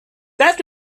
that